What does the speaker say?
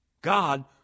God